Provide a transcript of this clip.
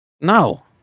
No